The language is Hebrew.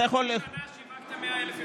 אתה יכול, בחצי שנה שיווקתם 100,000 יחידות דיור?